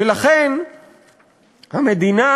ולכן המדינה